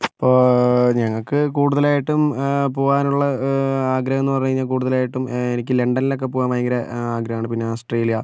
ഇപ്പോൾ ഞങ്ങൾക്ക് കൂടുതലായിട്ടും പോകാനുള്ള ആഗ്രഹം എന്ന് പറഞ്ഞാൽ കൂടുതലായിട്ടും എനിക്ക് ലണ്ടനിലൊക്കെ പോകാൻ ഭയങ്കര ആഗ്രഹമാണ് പിന്നെ ഓസ്ട്രേലിയ